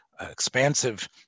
expansive